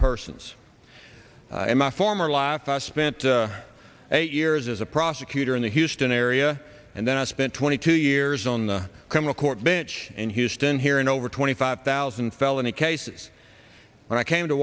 persons and my former life i spent eight years as a prosecutor in the houston area and then i spent twenty two years on the criminal court bench and houston here and over twenty five thousand felony cases when i came to